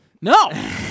No